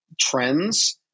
trends